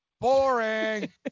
Boring